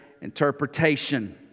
interpretation